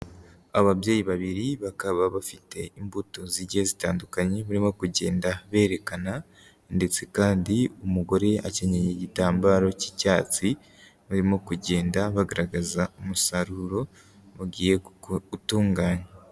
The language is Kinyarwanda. Ababyeyi babiri bakaba bafite imbuto zigiye zitandukanye, barimo kugenda berekana ndetse kandi umugore akenyenye igitambaro cy'icyatsi, barimo kugenda bagaragaza umusaruro bagiye gutunganya.